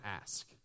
ask